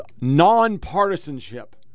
non-partisanship